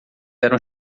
eram